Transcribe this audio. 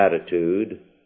attitude